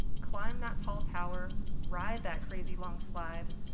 climb that tall tower, ride that crazy long slide,